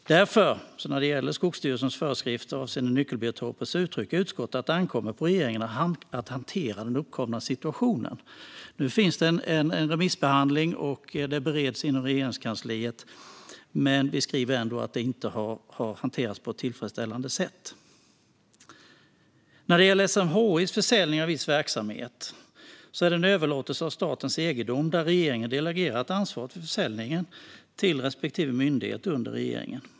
När det gäller Skogsstyrelsens föreskrifter avseende nyckelbiotoper uttrycker utskottet därför att det ankommer på regeringen att hantera den uppkomna situationen. Nu finns en remissbehandling samt beredning inom Regeringskansliet, men vi skriver ändå att det inte har hanterats på ett tillfredsställande sätt. När det gäller SMHI:s försäljning av viss verksamhet är det en överlåtelse av statens egendom där regeringen har delegerat ansvaret för försäljningen till respektive myndighet under regeringen.